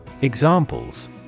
Examples